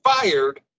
fired